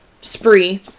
spree